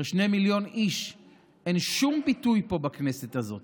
לכשני מיליון איש אין שום ביטוי בכנסת הזאת.